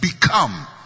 become